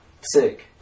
Sick